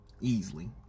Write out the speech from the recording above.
Easily